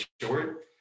short